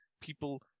people